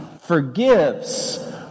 forgives